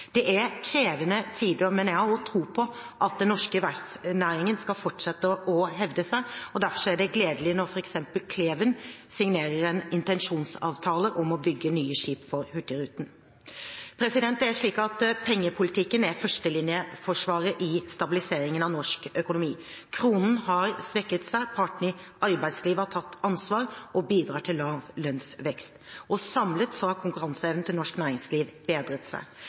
Det er krevende tider, men jeg har tro på at den norske verftsnæringen skal fortsette å hevde seg. Derfor er det gledelig når f.eks. Kleven Verft signerer en intensjonsavtale om å bygge nye skip for Hurtigruten. Pengepolitikken er førstelinjeforsvaret i stabiliseringen av norsk økonomi. Kronen har svekket seg, og partene i arbeidslivet har tatt ansvar og bidrar til lav lønnsvekst. Samlet har konkurranseevnen til norsk næringsliv bedret seg.